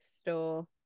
store